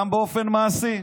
גם באופן מעשי.